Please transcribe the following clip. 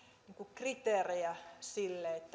kriteerejä sille